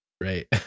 right